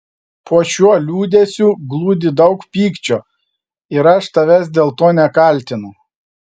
po šiuo liūdesiu glūdi daug pykčio ir aš tavęs dėl to nekaltinu